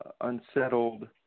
unsettled